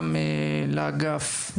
גם לאגף,